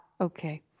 okay